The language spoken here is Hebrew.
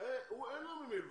אין ממי לבקש.